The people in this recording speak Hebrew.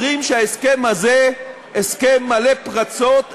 אומרים שההסכם הזה הסכם מלא פרצות,